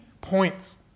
points